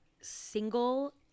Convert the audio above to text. single